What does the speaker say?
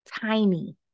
Tiny